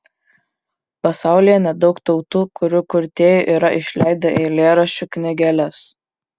pasaulyje nedaug tautų kurių kurtieji yra išleidę eilėraščių knygeles